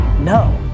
No